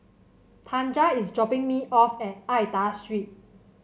Tanja is dropping me off at Aida Street